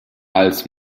als